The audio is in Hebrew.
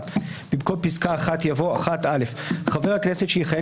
(1)במקום פסקה (1) יבוא: "(1) (א)חבר הכנסת שיכהן